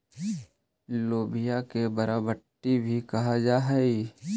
लोबिया के बरबट्टी भी कहल जा हई